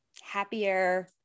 happier